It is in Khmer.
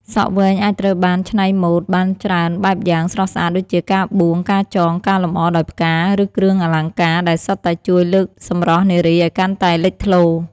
សក់វែងអាចត្រូវបានច្នៃម៉ូដបានច្រើនបែបយ៉ាងស្រស់ស្អាត ដូចជា ការបួង ការចង ការលម្អដោយផ្កា ឬគ្រឿងអលង្ការ ដែលសុទ្ធតែជួយលើកសម្រស់នារីឱ្យកាន់តែលេចធ្លោ។